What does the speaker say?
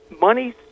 money